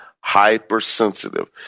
hypersensitive